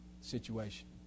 situation